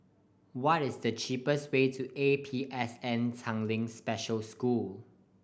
what is the cheapest way to A P S N Tanglin Special School